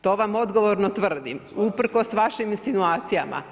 To vam odgovorno tvrdim, usprkos vašim insinuacijama.